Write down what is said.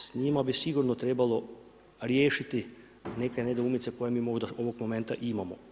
S njima bi sigurno trebalo riješiti neke nedoumice, koje mi ovog momenta imamo.